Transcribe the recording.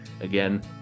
again